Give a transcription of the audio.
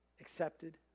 accepted